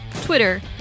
Twitter